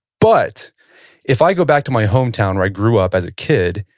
but if i go back to my hometown where i grew up as a kid,